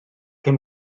cyn